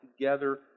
together